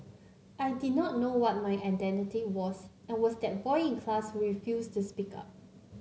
I did not know what my identity was and was that boy in class we refused to speak up